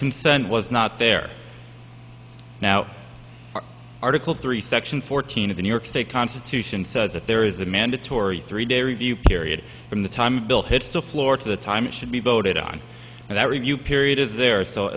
concern was not there now article three section fourteen of the new york state constitution says that there is a mandatory three day review period from the time bill hits the floor to the time it should be voted on and that review period is there so